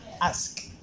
ask